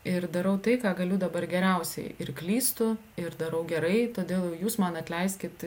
ir darau tai ką galiu dabar geriausiai ir klystu ir darau gerai todėl jūs man atleiskit